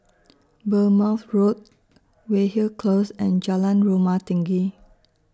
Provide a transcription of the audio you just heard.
Bournemouth Road Weyhill Close and Jalan Rumah Tinggi